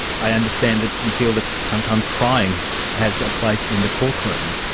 i understand that you feel that sometimes crying has a place in the courtroom.